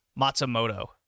Matsumoto